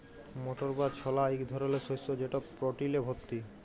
মটর বা ছলা ইক ধরলের শস্য যেট প্রটিলে ভত্তি